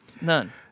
None